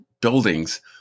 buildings